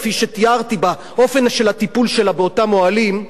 כפי שתיארתי באופן הטיפול שלה באותם אוהלים,